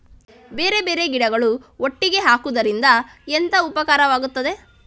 ಬೇರೆ ಬೇರೆ ಗಿಡಗಳು ಒಟ್ಟಿಗೆ ಹಾಕುದರಿಂದ ಎಂತ ಉಪಕಾರವಾಗುತ್ತದೆ?